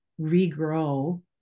regrow